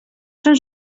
són